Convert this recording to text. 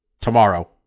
Tomorrow